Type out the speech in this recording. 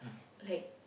like